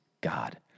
God